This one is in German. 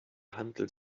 handel